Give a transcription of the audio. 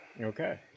Okay